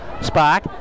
spark